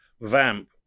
VAMP